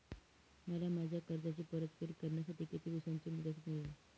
मला माझ्या कर्जाची परतफेड करण्यासाठी किती दिवसांची मुदत मिळेल?